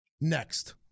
next